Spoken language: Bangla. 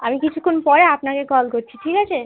আমি কিছুক্ষণ পরে আপনাকে কল করছি ঠিক আছে